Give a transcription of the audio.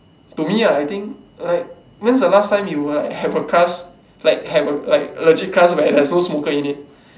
to me ah I think like when's the last time you will like have a class like have a like a legit class that has no smoker in it